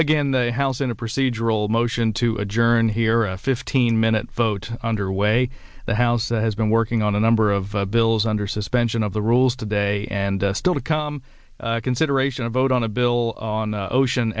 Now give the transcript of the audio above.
again the house in a procedural motion to adjourn here a fifteen minute vote underway the house has been working on a number of bills under suspension of the rules today and still to come consideration a vote on a bill on the ocean